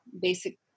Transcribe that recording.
basic